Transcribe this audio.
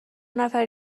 نفر